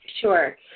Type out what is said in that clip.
Sure